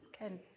Good